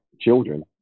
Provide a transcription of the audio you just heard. children